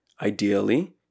ideally